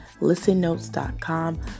ListenNotes.com